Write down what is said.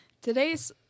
Today's